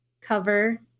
cover